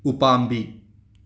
ꯎꯄꯥꯝꯕꯤ